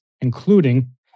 including